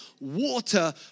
water